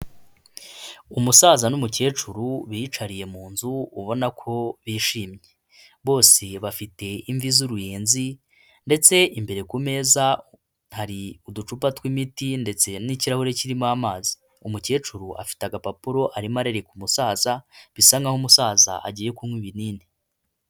Umusaza n'umukecuru biyicariye mu nzu ubona ko bishimye, bose bafite imvi z'uruyenzi ndetse imbere ku meza hari uducupa tw'imiti ndetse n'kirahure kirimo amazi, umukecuru afite agapapuro arimo arerereka umusaza, bisa nkaho umusaza agiye kunywa ibinini.